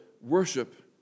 worship